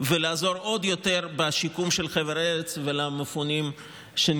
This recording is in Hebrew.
ולעזור עוד יותר בשיקום של חבלי ארץ ולמפונים שנמצאים?